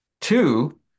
Two